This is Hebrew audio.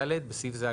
(ד)בסעיף זה,